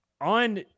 on